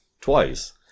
Twice